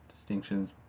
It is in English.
distinctions